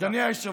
אדוני היושב-ראש,